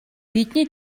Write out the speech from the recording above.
бидний